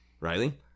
Riley